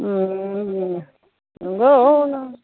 नंगौ